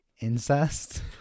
Incest